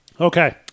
Okay